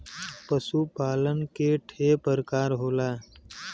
पशु पालन के ठे परकार होला